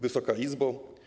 Wysoka Izbo!